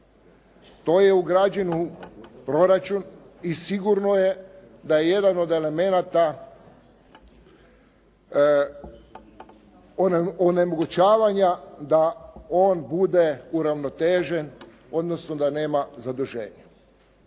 To je ugrađeno u proračun i sigurno je da je jedan od elemenata onemogućavanja da on bude uravnotežen odnosno da nema zaduženja.